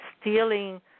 stealing